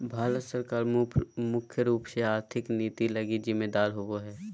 भारत सरकार मुख्य रूप से आर्थिक नीति लगी जिम्मेदर होबो हइ